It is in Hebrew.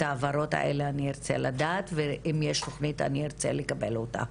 את ההבהרות האלה אני ארצה לדעת ואם יש תוכנית אני ארצה לקבל אותה.